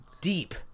deep